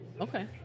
Okay